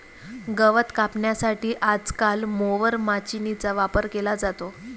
गवत कापण्यासाठी आजकाल मोवर माचीनीचा वापर केला जातो